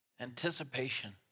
Anticipation